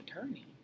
attorney